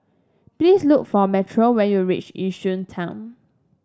please look for Metro when you reach Yishun Town